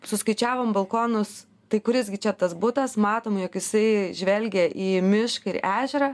suskaičiavom balkonus tai kuris gi čia tas butas matom jog jisai žvelgė į mišką ir ežerą